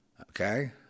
Okay